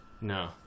No